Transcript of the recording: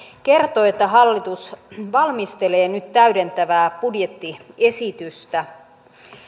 kertoi että hallitus valmistelee nyt täydentävää budjettiesitystä